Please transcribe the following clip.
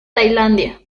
tailandia